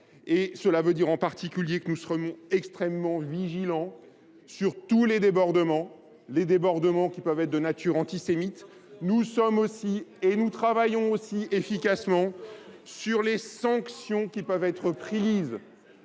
Cela veut dire en particulier que nous serons extrêmement vigilants sur tous les débordements qui peuvent être de nature antisémite. Nous sommes aussi et nous travaillons aussi efficacement sur les sanctions qui peuvent être prises.